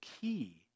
key